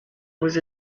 was